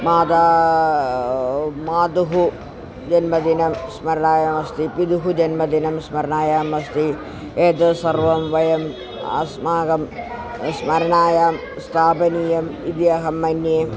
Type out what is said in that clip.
मातुः मातुः जन्मदिनं स्मरणायामस्ति पितुः जन्मदिनं स्मरणायामस्ति एतद् सर्वं वयम् अस्माकं स्मरणायां स्थापनीयम् इति अहं मन्ये